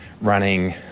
running